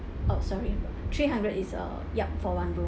uh sorry three hundred is uh yup for one room